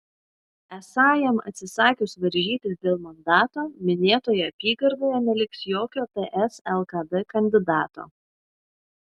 esą jam atsisakius varžytis dėl mandato minėtoje apygardoje neliks jokio ts lkd kandidato